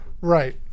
Right